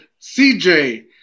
CJ –